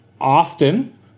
often